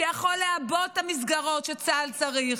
שיכול לעבות את המסגרות שצה"ל צריך